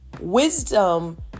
wisdom